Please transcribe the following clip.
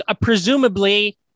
presumably